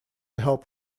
help